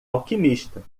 alquimista